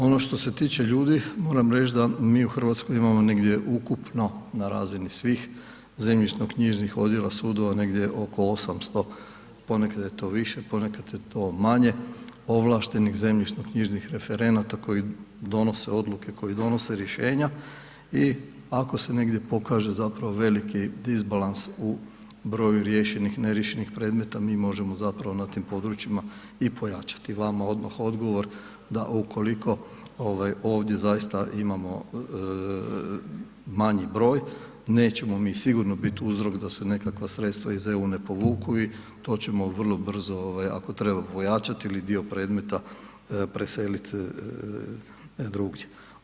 Ono što se tiče ljudi, moram reć da mi u Hrvatskoj imamo negdje ukupno na razini svih zemljišno-knjižnih odjela, sudova, negdje oko 800, ponekad je to više, ponekad je to manje, ovlašteno zemljišno-knjižnih referenata koji donose odluke, koji donose rješenja i ako se negdje pokaže zapravo veliki disbalans u broju riješenih, neriješenih predmeta, mi možemo zapravo na tim područjima i pojačati vama odmah odgovor da ukoliko ovdje zaista imamo manji broj, nećemo sigurno biti uzrok da se nekakva sredstva iz EU ne povuku i to ćemo vrlo brzo ako treba pojačati ili dio predmeta preseliti drugdje.